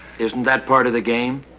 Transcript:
isn't that part of the game?